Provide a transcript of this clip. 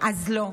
אז לא,